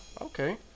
Okay